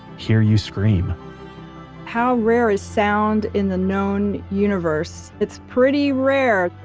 hear you scream how rare is sound in the known universe? it's pretty rare.